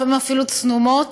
לפעמים אפילו צנומות,